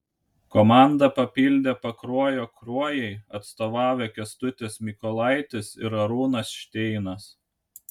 komanda papildė pakruojo kruojai atstovavę kęstutis mykolaitis ir arūnas šteinas